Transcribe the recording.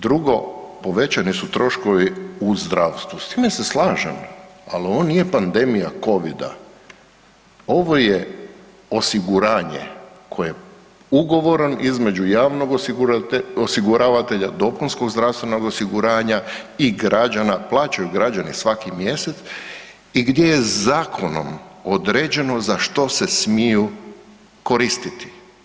Drugo, povećani su troškovi u zdravstvu, s time se slažem, ali ovo nije pandemija Covida, ovo je osiguranje koje ugovoran između javnog osiguravatelja dopunskog zdravstvenog osiguranja i građana, plaćaju građani svaki mjesec i gdje je Zakonom određeno za što se smiju koristiti.